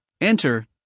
enter